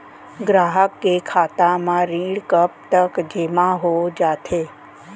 ग्राहक के खाता म ऋण कब तक जेमा हो जाथे?